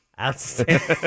Outstanding